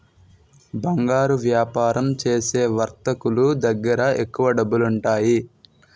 బంగారు వ్యాపారం చేసే వర్తకులు దగ్గర ఎక్కువ డబ్బులుంటాయి